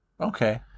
Okay